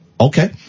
Okay